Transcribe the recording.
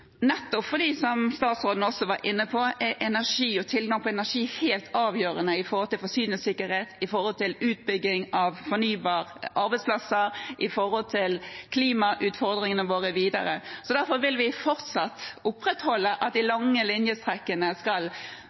som statsråden også var inne på, energi og tilgang på energi er helt avgjørende for forsyningssikkerhet, for utbygging av fornybare arbeidsplasser og for klimautfordringene våre videre. Derfor vil vi fortsatt opprettholde at de lange linjestrekkene skal